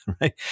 right